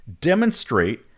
demonstrate